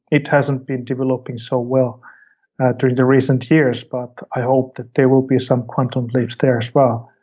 it hasn't been developing so well during the recent years. but i hope that there will be some quantum leaps there as well,